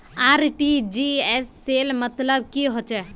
RTGS सेल मतलब की होचए?